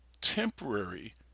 temporary